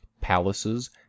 palaces